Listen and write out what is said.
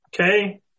Okay